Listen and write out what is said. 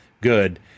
good